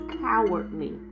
cowardly